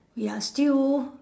we are still